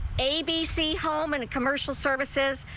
abc home and commercial services.